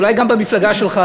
אולי גם במפלגה שלך,